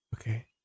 Okay